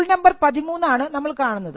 rule number 13 ആണ് നമ്മൾ കാണുന്നത്